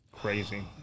crazy